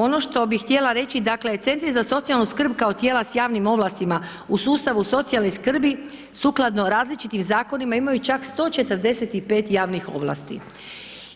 Ono što bi htjela reći, dakle, Centri za socijalnu kao tijela s javnim ovlastima u sustavu socijalne skrbi sukladno različitim zakonima imaju čak 145 javnih ovlasti,